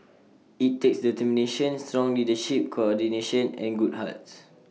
IT takes determination strong leadership coordination and good hearts